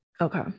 okay